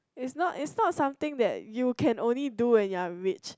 is not is not something that you can only do when you are rich